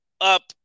up